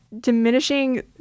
diminishing